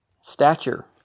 stature